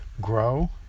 Grow